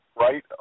right